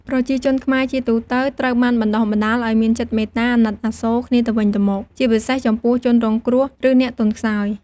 ប្រជាជនខ្មែរជាទូទៅត្រូវបានបណ្ដុះបណ្ដាលឱ្យមានចិត្តមេត្តា អាណិតអាសូរគ្នាទៅវិញទៅមក ជាពិសេសចំពោះជនរងគ្រោះ ឬអ្នកទន់ខ្សោយ។